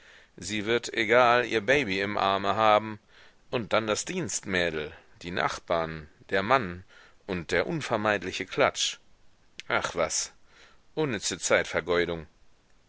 sie wird egal ihr baby im arme haben und dann das dienstmädel die nachbarn der mann und der unvermeidliche klatsch ach was